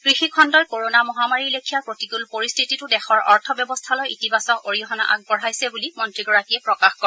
কৃষিখণ্ডই corona মহামাৰীৰ লেখীয়া প্ৰতিকূল পৰিস্থিতিতো দেশৰ অৰ্থব্যৱস্থালৈ ইতিবাচক অৰিহণা আগবঢ়াইছে বুলি মন্ত্ৰীগৰাকীয়ে প্ৰকাশ কৰে